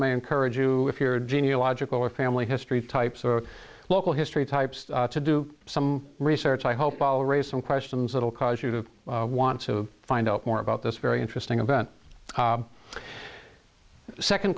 may encourage you if you're genial logical or family history types or local history types to do some research i hope i'll raise some questions that will cause you to want to find out more about this very interesting about second